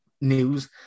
news